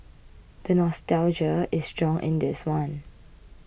the nostalgia is strong in this one